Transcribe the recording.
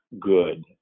good